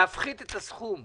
להפחית את הסכום,